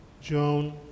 Joan